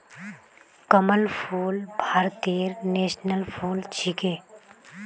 कमल फूल भारतेर नेशनल फुल छिके